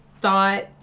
thought